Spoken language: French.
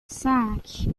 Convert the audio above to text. cinq